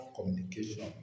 communication